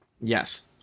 Yes